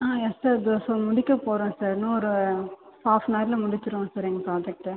ஆ yes sir இதோ சொ முடிக்கப்போகிறோம் சார் இன்னும் ஒரு ஹாஃப் அன் அவரில் முடிச்சிடுவோம் சார் எங்கள் ப்ராஜெக்ட்டை